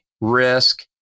risk